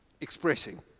expressing